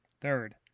Third